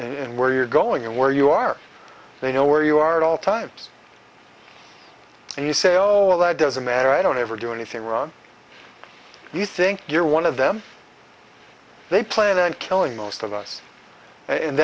and where you're going and where you are they know where you are at all times and you say all that doesn't matter i don't ever do anything wrong you think you're one of them they plan on killing most of us and